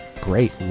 great